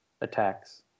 attacks